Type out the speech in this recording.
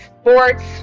sports